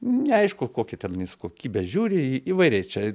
neaišku kokia ten jis kokybe žiūri įvairiai čia